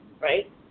Right